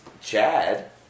Chad